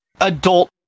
adult